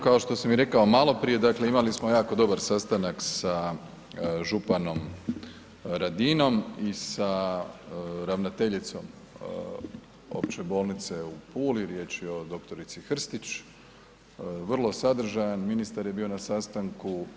Kao što sam i rekao maloprije dakle imali smo jako dobar sastanak sa županom Radinom i sa ravnateljicom opće bolnice u Puli, riječ je o dr. Hrstić, vrlo sadržajan, ministar je bio na sastanku.